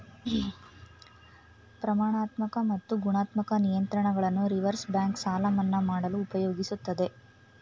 ಪ್ರಮಾಣಾತ್ಮಕ ಮತ್ತು ಗುಣಾತ್ಮಕ ನಿಯಂತ್ರಣಗಳನ್ನು ರಿವರ್ಸ್ ಬ್ಯಾಂಕ್ ಸಾಲ ಮನ್ನಾ ಮಾಡಲು ಉಪಯೋಗಿಸುತ್ತದೆ